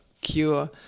cure